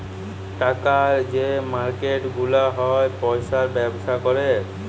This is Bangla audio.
টাকার যে মার্কেট গুলা হ্যয় পয়সার ব্যবসা ক্যরে